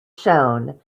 shown